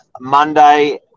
monday